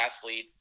athlete